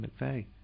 McVeigh